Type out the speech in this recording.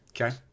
Okay